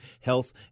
health